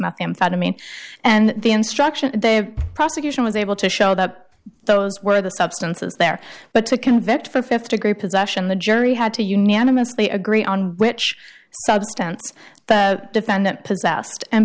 methamphetamine and the instruction they prosecution was able to show that those were the substances there but to convict for fifty great possession the jury had to unanimously agree on which substance the defendant possessed and